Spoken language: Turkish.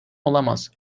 olamaz